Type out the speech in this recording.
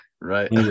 Right